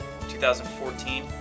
2014